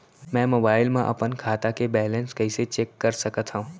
मैं मोबाइल मा अपन खाता के बैलेन्स कइसे चेक कर सकत हव?